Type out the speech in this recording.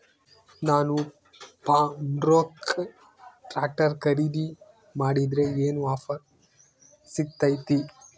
ನಾನು Farmtrac tractor ಖರೇದಿ ಮಾಡಿದ್ರೆ ಏನು ಆಫರ್ ಸಿಗ್ತೈತಿ?